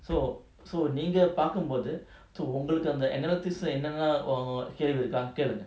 so so நீங்கபார்க்கும்போதுஉங்களுக்குஅந்த:neenga parkumpothu ungaluku andha analytics என்னென்னலாம்கேள்விஇருக்கோகேளுங்க:ennennalam kelvi iruko kelunga